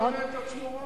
הוא מכנה את עצמו רב?